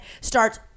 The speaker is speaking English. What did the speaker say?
starts